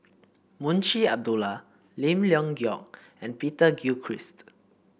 Munshi Abdullah Lim Leong Geok and Peter Gilchrist